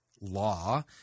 law